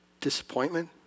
disappointment